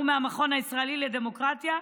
הוא מהמכון הישראלי לדמוקרטיה,